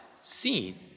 seen